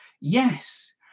Yes